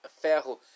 Ferro